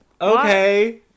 Okay